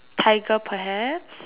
tiger perhaps